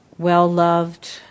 well-loved